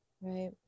Right